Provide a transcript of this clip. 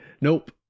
Nope